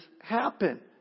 happen